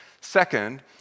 Second